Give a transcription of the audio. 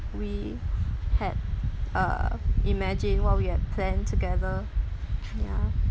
we had uh imagine what we had planned together ya